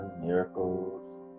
miracles